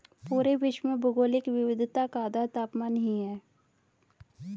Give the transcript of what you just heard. पूरे विश्व में भौगोलिक विविधता का आधार तापमान ही है